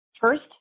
First